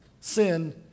sin